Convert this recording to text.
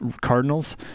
Cardinals